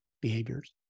behaviors